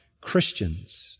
Christians